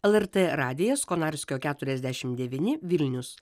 lrt radijas konarskio keturiasdešimt devyni vilnius